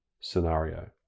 scenario